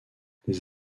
les